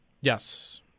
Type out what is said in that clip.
Yes